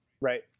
Right